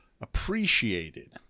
appreciated